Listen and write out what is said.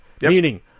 Meaning